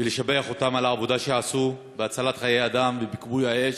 ולשבח אותם על העבודה שעשו בהצלת חיי אדם ובכיבוי האש,